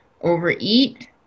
overeat